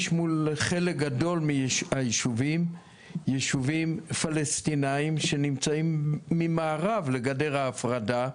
יש מול חלק גדול מהישובים ישובים פלסטינאים שנמצאים ממערב לגדר ההפרדה.